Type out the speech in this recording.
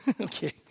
Okay